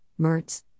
Mertz